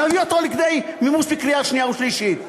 נביא אותו לכדי מימוש בקריאה שנייה ושלישית?